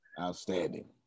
Outstanding